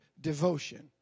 devotion